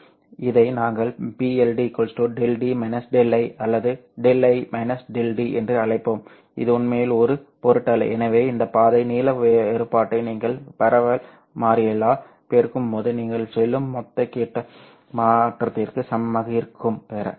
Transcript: இதை நாங்கள் PLD Δ d Δi அல்லது Δi -Δd என்று அழைப்போம் இது உண்மையில் ஒரு பொருட்டல்ல எனவே இந்த பாதை நீள வேறுபாட்டை நீங்கள் பரவல் மாறிலியால் பெருக்கும்போது நீங்கள் செல்லும் மொத்த கட்ட மாற்றத்திற்கு சமமாக இருக்கும் பெற